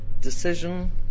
decision